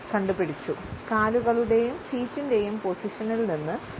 നിങ്ങൾ കണ്ടു പിടിച്ചു കാലുകളുടെയും ഫീറ്റിൻറെയും പൊസിഷനിൽ നിന്ന്